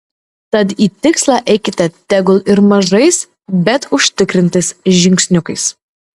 tad į tikslą eikite tegul ir mažais bet užtikrintais žingsniukais